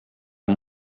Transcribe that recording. amb